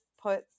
put